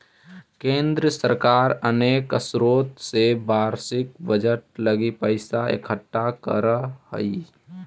केंद्र सरकार अनेक स्रोत से वार्षिक बजट लगी पैसा इकट्ठा करऽ हई